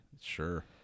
Sure